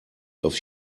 auf